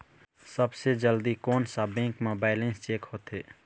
सबसे जल्दी कोन सा बैंक म बैलेंस चेक होथे?